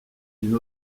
d’une